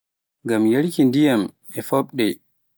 ngam yarki ndiyam, pofɗe